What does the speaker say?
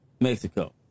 Mexico